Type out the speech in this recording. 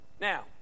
Now